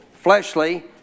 fleshly